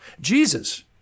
Jesus